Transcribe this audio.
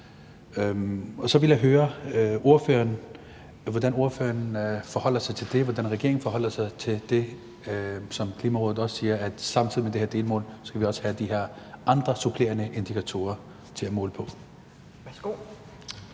Så vil jeg høre ordføreren, hvordan ordføreren forholder sig til det, og hvordan regeringen forholder sig til det, som Klimarådet også siger, altså at vi samtidig med det her delmål også skal have de her andre supplerende indikatorer at måle på. Kl.